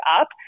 up